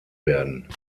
werden